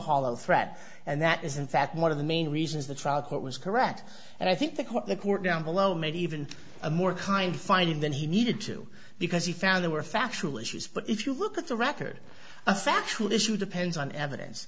hollow threat and that is in fact one of the main reasons the trial court was correct and i think what the court down below made even a more kind of finding than he needed to because he found they were factual issues but if you look at the record a factual issue depends on evidence